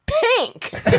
pink